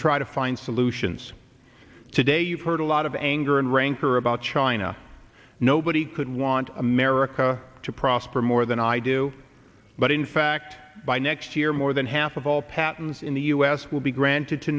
try to find solutions today you've heard a lot of anger and rancor about china nobody could want america to prosper more than i do but in fact by next year more than half of all patents in the u s will be granted to